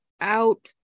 out